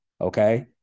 okay